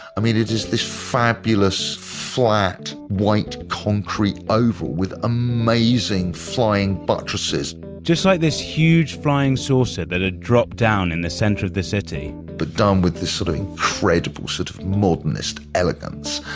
i mean it is this fabulous flat, white, concrete oval with amazing flying buttresses just like this huge flying saucer that had dropped down in the center of the city but done with this sort of incredible sort of modernist elegance.